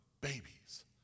babies